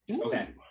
okay